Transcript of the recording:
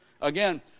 again